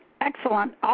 excellent